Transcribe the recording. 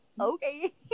Okay